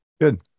Good